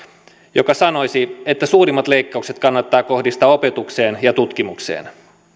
joka sanoisi että suurimmat leikkaukset kannattaa kohdistaa opetukseen ja tutkimukseen